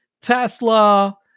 Tesla